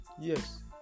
yes